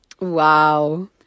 Wow